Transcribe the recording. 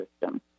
system